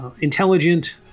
intelligent